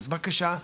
בבקשה.